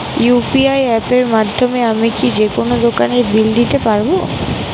UPI অ্যাপের মাধ্যমে আমি কি যেকোনো দোকানের বিল দিতে পারবো?